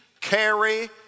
carry